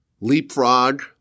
leapfrog